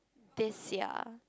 this year